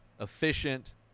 Efficient